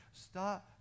Stop